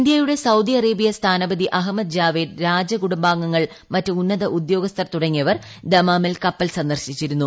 ഇന്ത്യയുടെ Saudi Arabia സ്ഥാനപതി അഹമ്മദ് ജാവേദ് രാജകുടുംബാംഗങ്ങൾ മറ്റ് ഉന്നത ഉദ്യോഗസ്ഥർ തുടങ്ങിയവർ ദമാമിൽ സന്ദർശിച്ചിരുന്നു